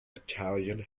italian